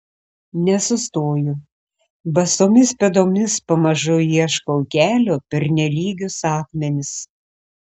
nesustoju basomis pėdomis pamažu ieškau kelio per nelygius akmenis